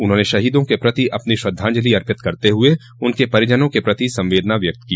उन्होंने शहीदों के प्रति अपनी श्रद्धांजलि अर्पित करते हुए उनके परिजनों के प्रति संवेदना व्यक्त की